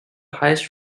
highest